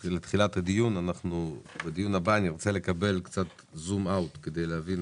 בדיון הבא נרצה לקבל קצת זום אאוט כדי להבין